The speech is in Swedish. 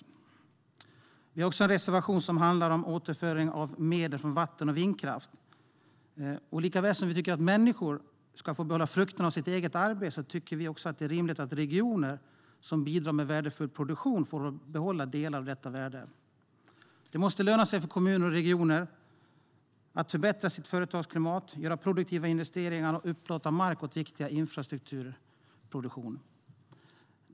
Det finns också en reservation som handlar om återföring av medel från vatten och vindkraft. Likaväl som vi tycker att människor ska få behålla frukterna av sitt eget arbete tycker vi det är rimligt att regioner som bidrar med värdefull produktion får behålla delar av detta värde. Det måste löna sig för kommuner och regioner att förbättra sitt företagsklimat, göra produktiva investeringar och upplåta mark åt viktig infrastruktur och produktion.